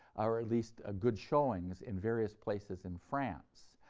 or at least ah good showings in various places in france,